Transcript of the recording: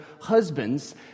husbands